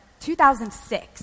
2006